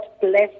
bless